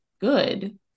good